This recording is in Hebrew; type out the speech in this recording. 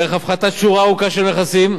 דרך הפחתת שורה ארוכה של מכסים,